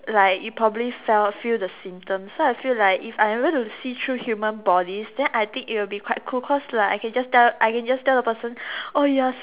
like you probably fell feel the symptoms so I feel like if I able to see through human bodies I think it will be quite cool cause like I can just tell I can just tell the person oh you are